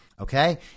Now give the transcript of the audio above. Okay